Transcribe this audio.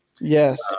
Yes